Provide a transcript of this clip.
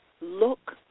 look